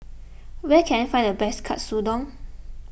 where can I find the best Katsudon